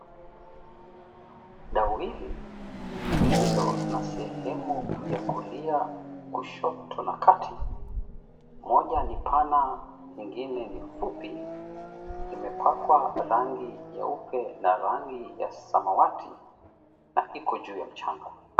Dau hili, lililo na sehemu ya kulia, kushoto na kati. Moja ni pana ingine ni fupi, imepakwa rangi nyeupe na rangi ya samawati. Na iko juu ya mchanga.